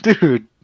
dude